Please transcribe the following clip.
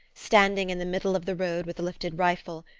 standing in the middle of the road with lifted rifle,